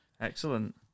Excellent